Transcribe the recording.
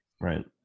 Right